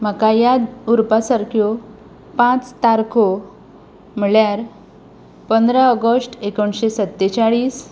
म्हाका याद उरपा सारक्यो पांच तारखो म्हळ्यार पंदरा ऑगश्ट एकोणशे सत्तेचाळीस